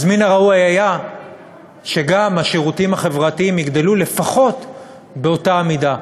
אז מן הראוי היה שגם השירותים החברתיים יגדלו לפחות באותה המידה.